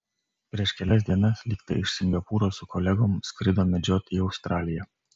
prieš kelias dienas lyg tai iš singapūro su kolegom skrido medžiot į australiją